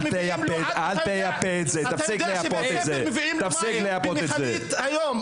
אתה יודע שמביאים מים במכלית לבית ספר, היום,